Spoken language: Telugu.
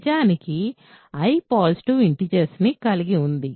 నిజానికి I పాజిటివ్ ఇంటిజెర్స్ ని కలిగి ఉంది